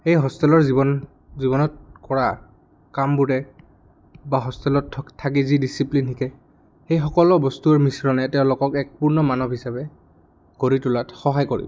সেই হোষ্টেলৰ জীৱন জীৱনত কৰা কামবোৰে বা হোষ্টেলত থকা থাকি যি ডিচিপ্লিন শিকে সেই সকলো বস্তুৰ মিশ্ৰণে তেওঁলোকক এক পূৰ্ণ মানৱ হিচাপে গঢ়ি তোলাত সহায় কৰিব